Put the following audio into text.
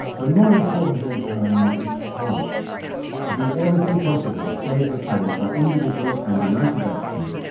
but more important and empowering was the pledge to do everything possible to save the planet by individual and united action,